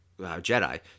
Jedi